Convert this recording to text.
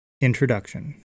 Introduction